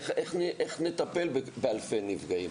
איך נטפל באלפי נפגעים?